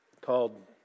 called